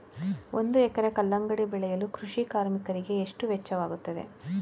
ಒಂದು ಎಕರೆ ಕಲ್ಲಂಗಡಿ ಬೆಳೆಯಲು ಕೃಷಿ ಕಾರ್ಮಿಕರಿಗೆ ಎಷ್ಟು ವೆಚ್ಚವಾಗುತ್ತದೆ?